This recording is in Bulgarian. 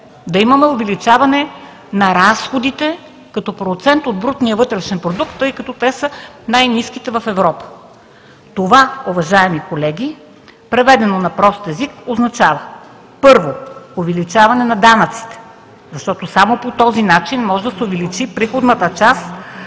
да имаме увеличаване на разходите като процент от брутния вътрешен продукт, тъй като те са най-ниските в Европа. Това, уважаеми колеги, преведено на прост език означава: първо, увеличаване на данъците, защото само по този начин може да се увеличи приходната част